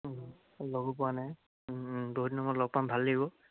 লগো পোৱা নাই বহুত দিনৰ মূৰত লগ পাম ভাল লাগিব